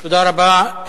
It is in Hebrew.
תודה רבה.